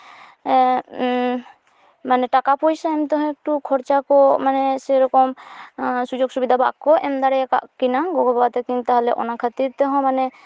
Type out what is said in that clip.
ᱢᱟᱱᱮ ᱴᱟᱠᱟ ᱯᱚᱭᱥᱟ ᱛᱮᱦᱚᱸ ᱮᱠᱴᱩ ᱠᱷᱚᱨᱪᱟ ᱠᱚ ᱢᱟᱱᱮ ᱥᱮᱨᱚᱠᱚᱢ ᱥᱩᱡᱳᱜᱽ ᱥᱩᱵᱤᱫᱟ ᱵᱟᱠᱚ ᱮᱢ ᱫᱟᱲᱮᱭᱟᱠᱟᱜ ᱠᱤᱱᱟᱹ ᱜᱚᱜᱚᱼᱵᱟᱵᱟ ᱛᱟᱹᱠᱤᱱ ᱛᱟᱦᱚᱞᱮ ᱚᱱᱟ ᱠᱷᱟᱹᱛᱤᱨ ᱛᱮᱦᱚᱸ ᱢᱟᱱᱮ